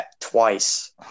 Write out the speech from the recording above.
twice